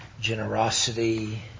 generosity